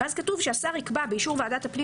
ואז כתוב שהשר יקבע באישור ועדת הפנים